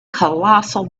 colossal